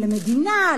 למדינה,